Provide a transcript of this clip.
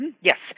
Yes